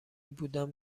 بودم